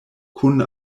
kun